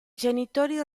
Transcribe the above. genitori